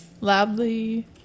loudly